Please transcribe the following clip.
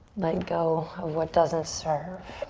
let go of what doesn't serve.